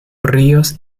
ríos